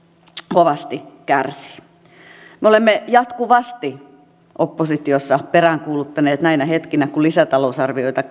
kovasti kärsivät me olemme jatkuvasti oppositiossa peräänkuuluttaneet näinä hetkinä kun lisätalousarvioita